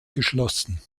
geschlossen